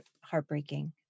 heartbreaking